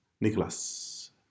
Nicholas